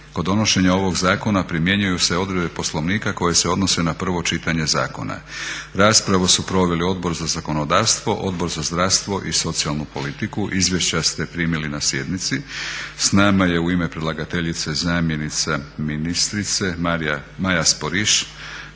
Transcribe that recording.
Kod donošenja ovog zakona primjenjuju se odredbe Poslovnika koje se odnose na prvo čitanje zakona. Raspravu su proveli Odbor za zakonodavstvo, Odbor za zdravstvo i socijalnu politiku. Izvješća ste primili na sjednici. S nama je u ime predlagateljice zamjenica ministrice Maja Sporiš.